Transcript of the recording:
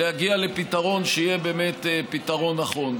להגיע לפתרון שיהיה באמת פתרון נכון.